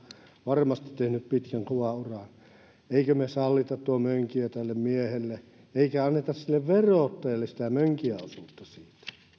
varmasti tehnyt pitkän kovan uran eikö me sallita tuo mönkijä tälle miehelle eikä anneta verottajalle sitä mönkijän osuutta siitä